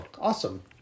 awesome